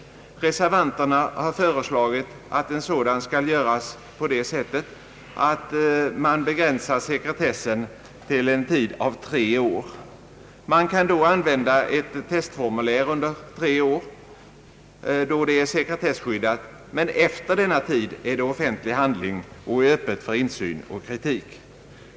Reservanterna har föreslagit att en sådan skall göras på det sättet att man begränsar sekretessen till en tid av tre år. Ett testformulär kan då användas under tre år, då det är sekretesskyddat, men efter denna tid är det offentlig handling och öppet för insyn och kritik.